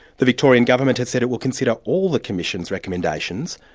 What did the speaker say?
the victorian government has said it will consider all the commission's recommendations.